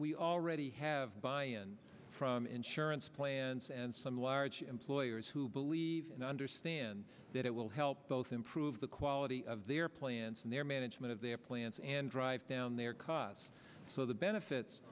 we already have buy in from insurance plans and some large employers who believe and understand that it will help both improve the quality of their plants and their management of their plants and drive down their cars so the benefits